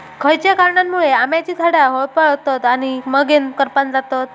खयच्या कारणांमुळे आम्याची झाडा होरपळतत आणि मगेन करपान जातत?